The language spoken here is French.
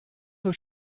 nos